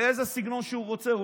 באיזה סגנון שהוא רוצה.